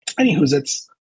Anywho's-its